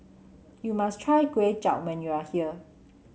you must try Kuay Chap when you are here